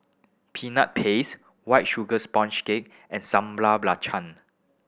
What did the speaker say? Peanut Paste White Sugar Sponge Cake and Sambal Belacan